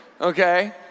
okay